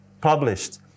published